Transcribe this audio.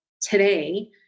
today